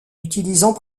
utilisant